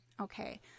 Okay